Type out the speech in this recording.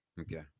Okay